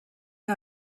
que